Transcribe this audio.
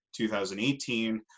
2018